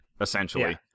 essentially